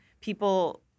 people